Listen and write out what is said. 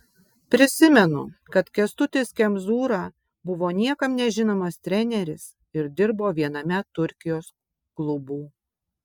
prisimenu kad kęstutis kemzūra buvo niekam nežinomas treneris ir dirbo viename turkijos klubų